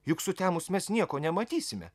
juk sutemus mes nieko nematysime